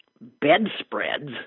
bedspreads